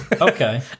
Okay